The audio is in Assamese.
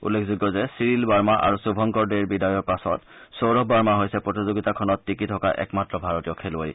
উল্লেখযোগ্য যে ছিৰিল বাৰ্মা আৰু শুভংকৰ দেৰ বিদায়ৰ পাছত সৌৰভ বাৰ্মা হৈছে প্ৰতিযোগিতাখনত টিকি থকা একমাত্ৰ ভাৰতীয় খেলুৱৈ